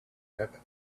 heaven